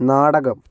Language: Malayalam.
നാടകം